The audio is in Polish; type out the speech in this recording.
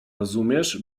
rozumiesz